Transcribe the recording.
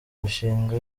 imishinga